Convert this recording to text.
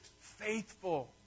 faithful